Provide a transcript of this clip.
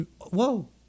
Whoa